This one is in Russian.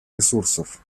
ресурсов